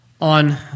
on